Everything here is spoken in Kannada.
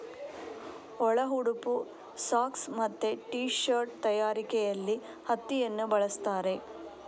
ಒಳ ಉಡುಪು, ಸಾಕ್ಸ್ ಮತ್ತೆ ಟೀ ಶರ್ಟ್ ತಯಾರಿಕೆಯಲ್ಲಿ ಹತ್ತಿಯನ್ನ ಬಳಸ್ತಾರೆ